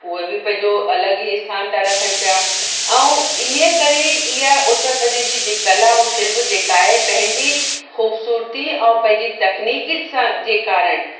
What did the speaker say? उहे बि पंहिंजो अलॻि ई स्थानु था रखन पिया ऐं इन्हीअ करे इहा उतर प्रदेश जी जेकी कला ऐं शिल्प जेका आहे पंंहिंजी खूबसूरती ऐं पंहिंजी तक्नीकी सां जे कारण